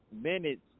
minutes